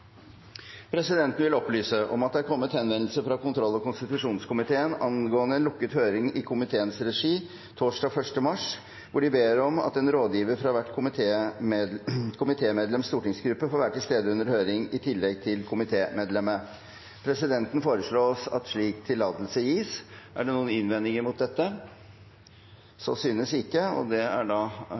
Presidenten vil opplyse om at det er kommet henvendelse fra kontroll- og konstitusjonskomiteen angående lukket høring i komiteens regi torsdag 1. mars, hvor de ber om at en rådgiver fra hvert komitémedlems stortingsgruppe får være til stede under høringen i tillegg til komitémedlemmet. Presidenten foreslår at slik tillatelse gis. – Er det noen innvendinger mot dette? Så synes ikke, og presidentens forslag er da